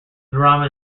drama